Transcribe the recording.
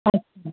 हा